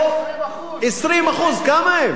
זה 20%. 20%, כמה הם?